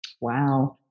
Wow